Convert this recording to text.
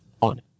on